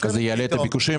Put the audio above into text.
-- אז זה יעלה את הביקושים?